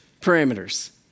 parameters